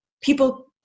people